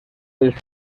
els